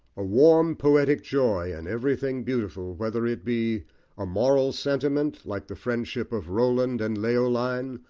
a warm poetic joy in everything beautiful, whether it be a moral sentiment, like the friendship of roland and leoline,